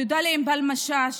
תודה לענבל משאש,